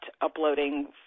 uploading